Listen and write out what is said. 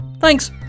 thanks